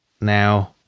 Now